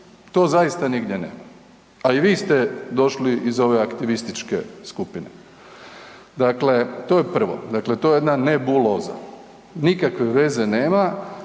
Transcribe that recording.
to zaista nigdje nema, a i vi ste došli iz ove aktivističke skupine. Dakle, to je prvo, dakle to je jedna nebuloza. Nikakve veze nema